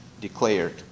declared